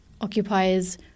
occupies